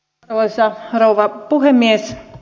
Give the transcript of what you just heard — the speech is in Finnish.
arvoisa rouva puhemies